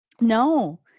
No